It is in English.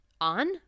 on